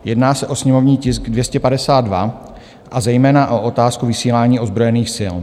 Jedná se o sněmovní tisk 252, a zejména o otázku vysílání ozbrojených sil.